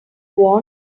want